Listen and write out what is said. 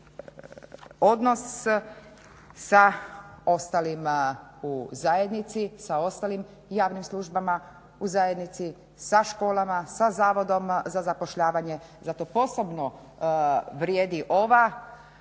odnos sa ostalima u zajednici, sa ostalim javnim službama u zajednici, sa školama, sa Zavodom za zapošljavanje, zato posebno vrijedi ova